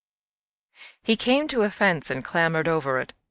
he came to a fence and clambered over it.